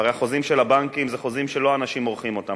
והרי החוזים של הבנקים הם חוזים שלא אנשים עורכים אותם,